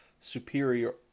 Superior